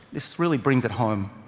this really brings it home.